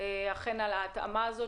על ההתאמה הזאת.